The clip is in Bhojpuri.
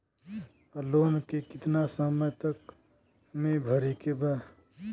लोन के कितना समय तक मे भरे के बा?